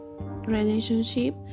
relationship